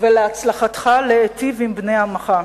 ולהצלחתך להיטיב עם בני עמך.